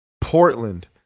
Portland